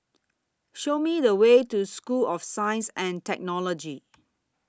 Show Me The Way to School of Science and Technology